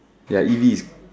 ya easy